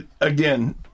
again